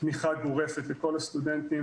תמיכה גורפת לכל הסטודנטים.